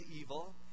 evil